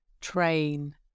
train